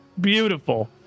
beautiful